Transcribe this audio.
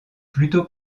plutôt